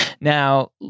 Now